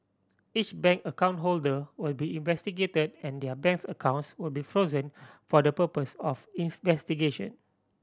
each bank account holder will be investigate and their banks accounts will be frozen for the purpose of